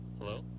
Hello